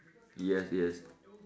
yes yes